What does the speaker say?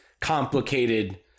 complicated